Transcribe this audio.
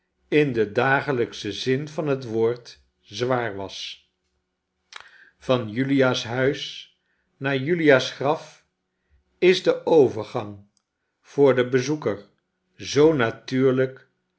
in den dagelijkschen zin van het woord zwaar was van julia's huis naar julia's graf is de overgang voor den bezoeker zoo natuurlijk